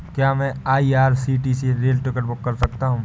क्या मैं आई.आर.सी.टी.सी से रेल टिकट बुक कर सकता हूँ?